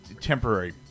Temporary